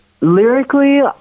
Lyrically